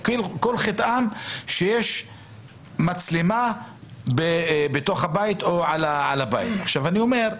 חטאם שיש מצלמה בתוך הבית או על הבית עצמו.